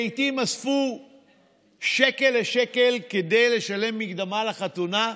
לעיתים הם אספו שקל לשקל כדי לשלם מקדמה לחתונה,